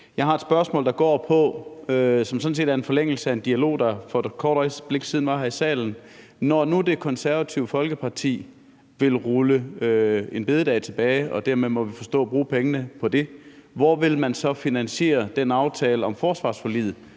Jeg har et spørgsmål, som sådan set ligger i forlængelse af en dialog, der for et kort øjeblik siden var her i salen. Når nu Det Konservative Folkeparti ville rulle store bededag tilbage og dermed, må vi forstå, bruge pengene på det, hvordan vil man så finansiere den aftale om forsvarsforliget,